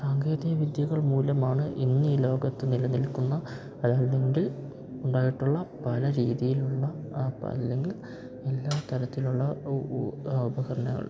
സാങ്കേതികവിദ്യകൾ മൂലമാണ് ഇന്ന് ഈ ലോകത്ത് നിലനിൽക്കുന്ന അതല്ലെങ്കിൽ ഉണ്ടായിട്ടുള്ള പല രീതിയിലുള്ള ആ അല്ലെങ്കിൽ എല്ലാ തരത്തിലുള്ള ഉപകരണകൾ